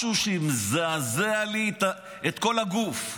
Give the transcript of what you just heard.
משהו שמזעזע לי את כל הגוף: